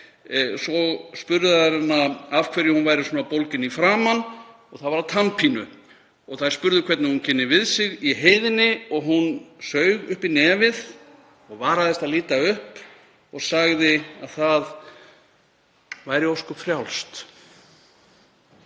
þær spurðu hana af hverju hún væri svona bólgin í framan, og það var af tannpínu, og þær spurðu hvernig hún kynni við sig í heiðinni, og hún saug uppí nefið og varaðist að líta upp, og sagði að það væri sosum ósköp frjálst.“